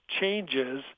changes